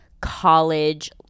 college